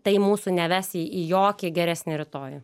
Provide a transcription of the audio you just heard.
tai mūsų neves į į jokį geresnį rytojų